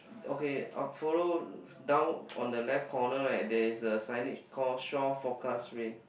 okay I'll follow down on the left corner right there is a signage called shore forecast rain